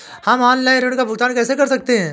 हम ऑनलाइन ऋण का भुगतान कैसे कर सकते हैं?